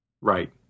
Right